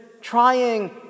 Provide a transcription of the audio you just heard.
trying